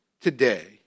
today